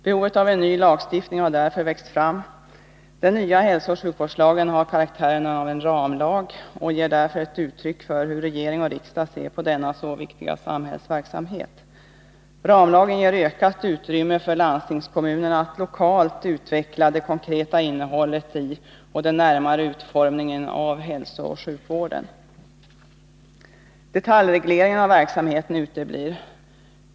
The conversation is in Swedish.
Behovet av en ny lagstiftning har därför växt fram. Den nya hälsooch sjukvårdslagen har karaktären av en ramlag och ger därför ett uttryck för hur regering och riksdag ser på denna så viktiga samhällsverksamhet. Ramlagen ger ökat utrymme för landstingskommunerna att lokalt utveckla det konkreta innehållet i och den närmare utformningen av hälsooch sjukvården. Detaljregleringen av verksamheten uteblir.